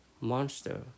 monster